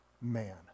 man